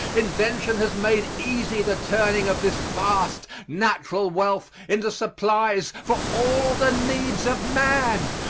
invention has made easy the turning of this vast natural wealth into supplies for all the needs of man.